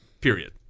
period